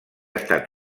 estat